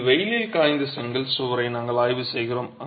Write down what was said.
எனவே இது வெயிலில் காய்ந்த செங்கல் சுவரை நாங்கள் ஆய்வு செய்கிறோம்